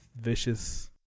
Vicious